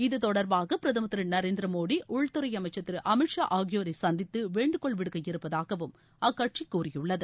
இது தொடர்பாக பிரதமர் திரு நரேந்திர மோடி உள்துறை அமைச்சர் திரு அமித் ஷா ஆகியோரை சந்தித்து வேண்டுகோள் விடுக்க இருப்பதாகவும் அக்கட்சி கூறியுள்ளது